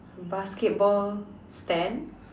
basketball stand